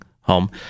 home